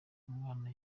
umwana